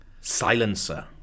silencer